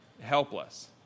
helpless